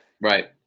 right